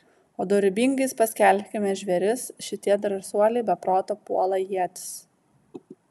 o dorybingais paskelbkime žvėris šitie drąsuoliai be proto puola ietis